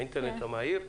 האינטרנט המהיר,